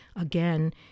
again